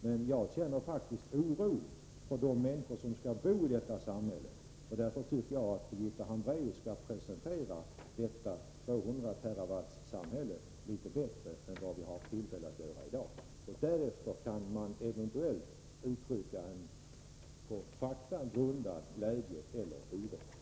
Men jag känner faktiskt oro för de människor som skall bo i detta samhälle. Därför tycker jag att Birgitta Hambraeus skall presentera detta 200-terawatt-samhälle litet bättre än vad hon har tillfälle att göra i dag. Därefter kan man eventuellt uttrycka en på fakta grundad glädje eller oro.